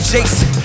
Jason